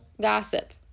Gossip